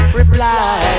reply